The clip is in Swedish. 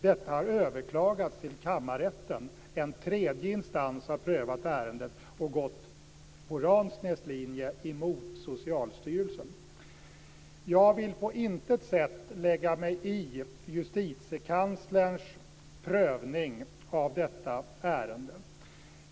Detta har överklagats till kammarrätten. En tredje instans har prövat ärendet och gått på Jag vill på intet sätt lägga mig i Justitiekanslerns prövning av detta ärende.